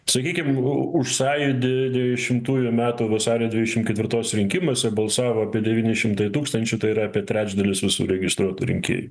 sakykim už sąjūdį devišimtųjų metų vasario dvidešim ketvirtos rinkimuose balsavo devyni šimtai tūkstančių tai yra apie trečdalis visų registruotų rinkėjų